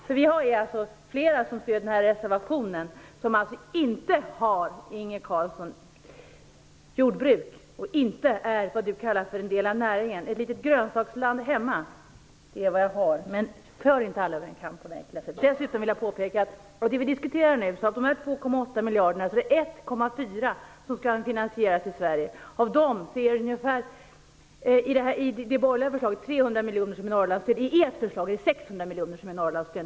Flera av som stöder reservationen har inte jordbruk, och vi är inte det Inge Carlsson kallar del av näringen. Ett litet grönsaksland hemma är vad jag har. Skär inte alla över en kam på det enkla sättet! Jag vill påpeka att 1,4 av de 2,8 miljarder vi nu diskuterar skall finansieras i Sverige. I det borgerliga förslaget är 300 miljoner Norrlandsstöd. I ert förslag är 600 miljoner Norrlandsstöd.